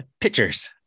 pictures